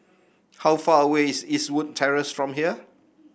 how far away is Eastwood Terrace from here